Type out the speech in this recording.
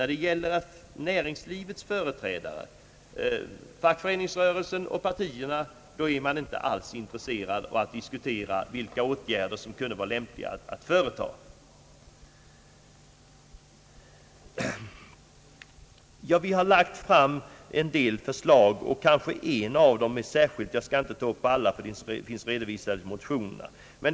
Man är inte alls intresserad av att med fackföreningsrörelsen, näringslivets företrädare och partierna diskutera vilka åtgärder som kunde vara lämpliga att vidtaga. Vi har lagt fram en del förslag och jag skall inte ta upp alla därför att de finns redovisade i motionerna.